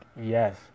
yes